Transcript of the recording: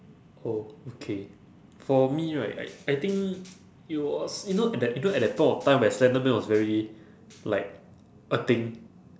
oh okay for me right I I think it was you know at that you know at that point of time when slender man was very like a thing